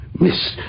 miss